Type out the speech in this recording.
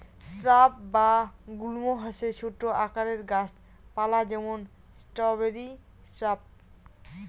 shrub বা গুল্ম হসে ছোট আকারের গাছ পালা যেমন স্ট্রবেরি স্রাব